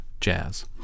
jazz